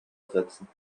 ersetzen